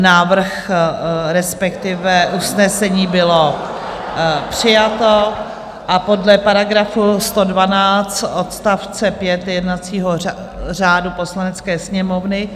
Návrh, respektive usnesení bylo přijato a podle § 112 odst. 5 jednací řádu Poslanecké sněmovny...